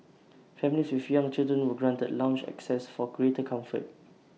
families with young children were granted lounge access for greater comfort